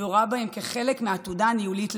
ורואה בהם חלק מהעתודה הניהולית.